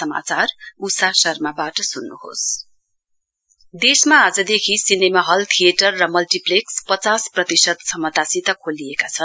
cinema hall reopen देशमा आज देखि सिनेमाहल थिएटर र मल्टीप्लेक्स पचास प्रतिशत क्षमतासित खोलिएका छन्